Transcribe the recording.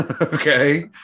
Okay